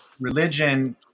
religion